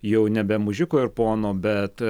jau nebe mužiko ir pono bet